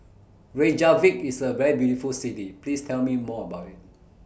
Reykjavik IS A very beautiful City Please Tell Me More about IT